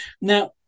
Now